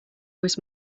was